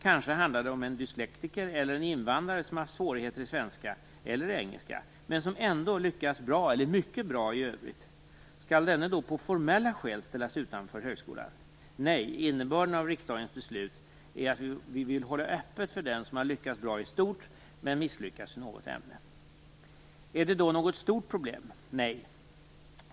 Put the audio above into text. Kanske handlar det om en dyslektiker eller en invandrare som haft svårigheter i svenska eller i engelska men som ändå lyckats bra eller mycket bra i övrigt. Skall denne då av formella skäl ställas utanför högskolan? Nej - innebörden av riksdagens beslut är att vi vill hålla öppet för den som har lyckats bra i stort men misslyckats i något ämne. Är detta nu ett stort problem? Nej.